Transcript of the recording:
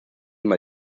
más